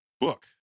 book